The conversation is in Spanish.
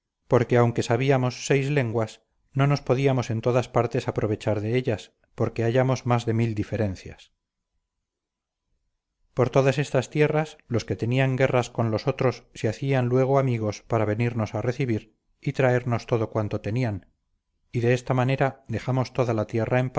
porque aunque sabíamos seis lenguas no nos podíamos en todas partes aprovechar de ellas porque hallamos más de mil diferencias por todas estas tierras los que tenían guerras con los otros se hacían luego amigos para venirnos a recibir y traernos todo cuanto tenían y de esta manera dejamos toda la tierra